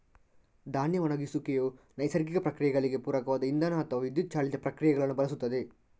ಧಾನ್ಯ ಒಣಗಿಸುವಿಕೆಯು ನೈಸರ್ಗಿಕ ಪ್ರಕ್ರಿಯೆಗಳಿಗೆ ಪೂರಕವಾದ ಇಂಧನ ಅಥವಾ ವಿದ್ಯುತ್ ಚಾಲಿತ ಪ್ರಕ್ರಿಯೆಗಳನ್ನು ಬಳಸುತ್ತದೆ